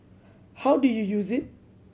how do you use it